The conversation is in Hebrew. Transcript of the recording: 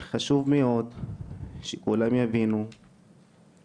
זה מחק את הזהות שלי שם, מחק לי את הכול.